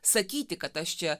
sakyti kad aš čia